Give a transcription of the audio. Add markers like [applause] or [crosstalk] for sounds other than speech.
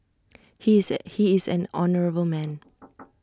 he is an he is an honourable man [noise]